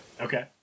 Okay